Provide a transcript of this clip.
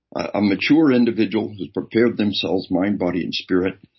a mature individual who's prepared themselves mind, body, and spirit,